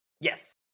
Yes